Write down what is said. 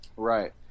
Right